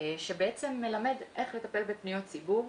שבעצם מלמד איך לטפל בפניות ציבור.